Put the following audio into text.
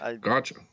Gotcha